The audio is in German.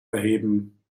erheben